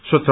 स्वच्छ